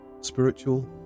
Spiritual